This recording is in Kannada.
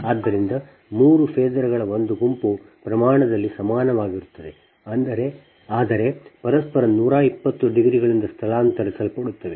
ಆದ್ದರಿಂದ ಮೂರು ಫೇಸರ್ ಗಳ ಒಂದು ಗುಂಪು ಪ್ರಮಾಣದಲ್ಲಿ ಸಮಾನವಾಗಿರುತ್ತದೆ ಆದರೆ ಪರಸ್ಪರ 120 ಡಿಗ್ರಿಗಳಿಂದ ಸ್ಥಳಾಂತರಿಸಲ್ಪಡುತ್ತದೆ